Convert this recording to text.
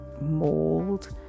mold